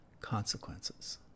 consequences